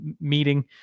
meeting